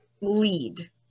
lead